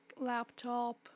laptop